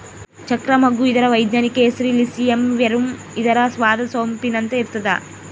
ಚಕ್ರ ಮಗ್ಗು ಇದರ ವೈಜ್ಞಾನಿಕ ಹೆಸರು ಇಲಿಸಿಯಂ ವೆರುಮ್ ಇದರ ಸ್ವಾದ ಸೊಂಪಿನಂತೆ ಇರ್ತಾದ